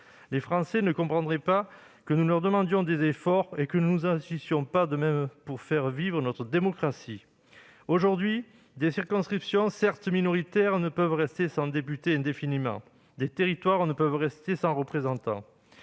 Les Français ne comprendraient pas que nous leur demandions des efforts et que nous n'agissions pas de même pour faire vivre notre démocratie. Des circonscriptions, certes minoritaires, ne peuvent rester sans député indéfiniment. Des territoires ne peuvent rester sans représentants.